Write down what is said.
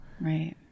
Right